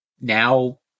now